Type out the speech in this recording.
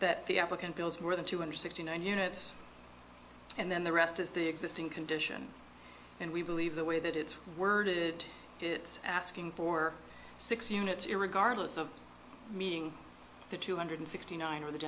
that the applicant builds more than two hundred sixty nine units and then the rest is the existing condition and we believe the way that it's worded it's asking for six units in regardless of meeting the two hundred sixty nine or the